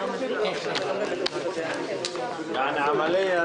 תודה רבה, הישיבה נעולה.